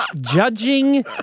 judging